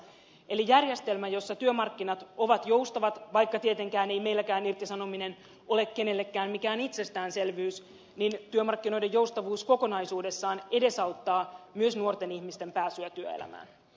eli järjestelmä jossa työmarkkinat ovat joustavat vaikka tietenkään ei meilläkään irtisanominen ole kenellekään mikään itsestäänselvyys työmarkkinoiden joustavuus kokonaisuudessaan edesauttaa myös nuorten ihmisten pääsyä työelämään